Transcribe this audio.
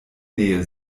nähe